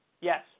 yes